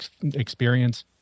experience